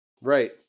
Right